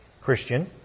Christian